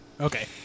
Okay